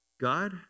God